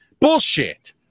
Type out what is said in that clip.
Bullshit